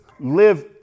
live